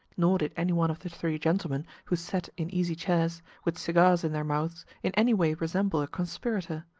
nor did any one of the three gentlemen who sat in easy-chairs, with cigars in their mouths, in any way resemble a conspirator.